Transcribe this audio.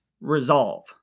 Resolve